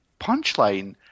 punchline